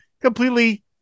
completely